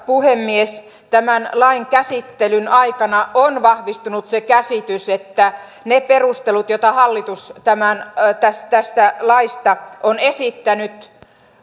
puhemies tämän lain käsittelyn aikana on vahvistunut se käsitys että ne perustelut joita hallitus tästä tästä laista on esittänyt